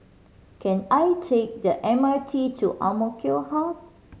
can I take the M R T to AMK Hub